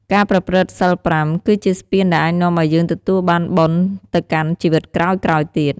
ការប្រព្រឹត្តសីលប្រាំ គឺជាស្ពានដែលអាចនាំឲ្យយើងទទួលបានបុណ្យទៅកាន់ជីវិតក្រោយៗទៀត។